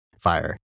Fire